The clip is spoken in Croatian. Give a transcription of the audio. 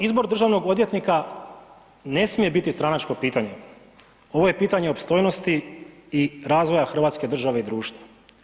Izbor državnog odvjetnika ne smije biti stranačko pitanje, ovo je pitanje opstojnosti i razvoja Hrvatske države i društva.